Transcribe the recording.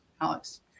Alex